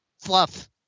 fluff